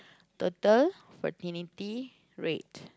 total fertility rate